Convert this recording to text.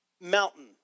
mountain